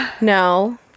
No